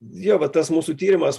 ieva tas mūsų tyrimas